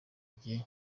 gihe